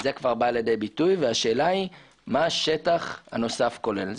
זה בא לידי ביטוי והשטח היא מה השטח הנוסף כולל.